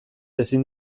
ezin